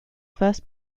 first